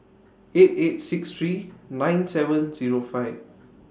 eight eight six three nine seven Zero five